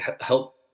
help